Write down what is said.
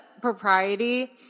propriety